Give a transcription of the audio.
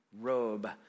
robe